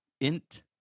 Int